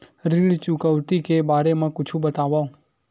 ऋण चुकौती के बारे मा कुछु बतावव?